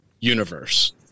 universe